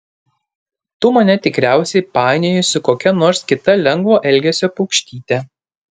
tu mane tikriausiai painioji su kokia nors kita lengvo elgesio paukštyte